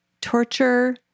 Torture